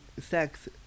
sex